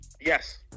Yes